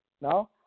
No